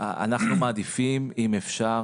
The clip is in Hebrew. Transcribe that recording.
אנחנו מעדיפים אם אפשר,